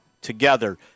together